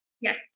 Yes